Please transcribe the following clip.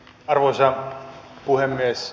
arvoisa puhemies